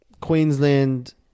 queensland